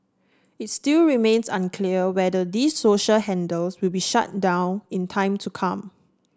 it still remains unclear whether these social handles will be shut down in time to come